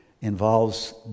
involves